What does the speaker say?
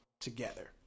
together